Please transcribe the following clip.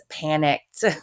panicked